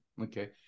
Okay